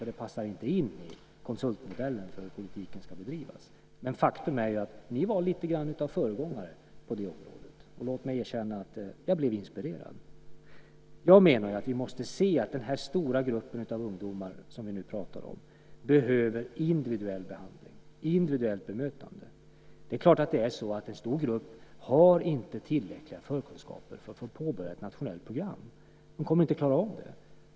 Det passar inte in i konsultmodellen för hur politiken ska bedrivas. Faktum är att ni var lite av föregångare på det området. Låt mig erkänna att jag blev inspirerad. Jag menar att vi måste se att den här stora gruppen av ungdomar som vi nu pratar om behöver individuell behandling och individuellt bemötande. Det är klart att en stor grupp inte har tillräckliga förkunskaper för att få påbörja ett nationellt program. De kommer inte att klara av det.